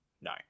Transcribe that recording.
No